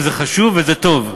וזה חשוב וזה טוב.